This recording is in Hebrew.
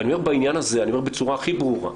אני אומר בצורה הכי ברורה.